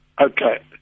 Okay